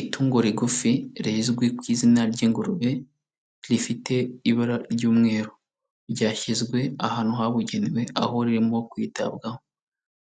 Itungo rigufi rizwi ku izina ry'ingurube rifite ibara ry'umweru, ryashyizwe ahantu habugenewe, aho ririmo kwitabwaho